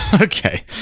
okay